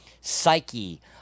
psyche